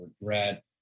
regret